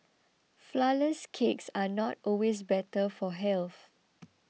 Flourless Cakes are not always better for health